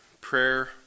prayer